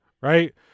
right